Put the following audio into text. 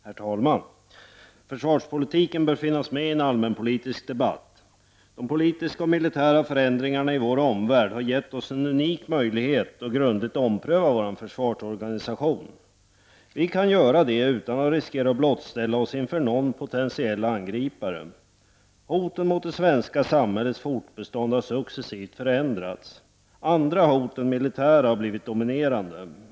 Herr talman! Försvarspolitiken bör finnas med i en allmänpolitisk debatt. De politiska och militära förändringarna i vår omvärld har gett oss en unik möjlighet att grundligt ompröva vår försvarsorganisation. Vi kan göra det utan att riskera att blottställa oss inför någon potentiell angripare. Hoten mot det svenska samhällets fortbestånd har successivt förändrats. Andra hot än de militära har blivit dominerande.